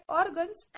organs